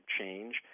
change